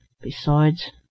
Besides